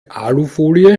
alufolie